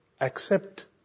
accept